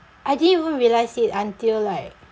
I didn't even realise it until like